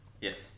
Yes